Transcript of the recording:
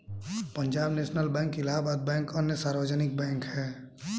Punjab national bank Allahabad bank अन्य सार्वजनिक bank है